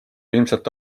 ilmselt